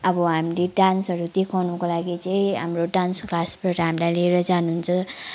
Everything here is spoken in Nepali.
अब हामीले डान्सहरू देखाउनुको लागि चाहिँ हाम्रो डान्स क्लासबाट हामीलाई लिएर जानु हुन्छ